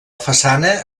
façana